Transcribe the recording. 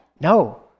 No